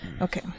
Okay